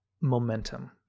momentum